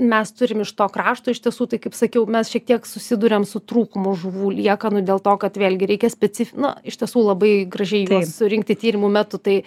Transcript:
mes turim iš to krašto iš tiesų tai kaip sakiau mes šiek tiek susiduriam su trūkumu žuvų liekanų dėl to kad vėlgi reikia specifi nu iš tiesų labai gražiai juos surinkti tyrimų metu tai